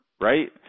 right